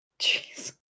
Jeez